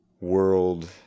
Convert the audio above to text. world